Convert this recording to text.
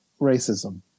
racism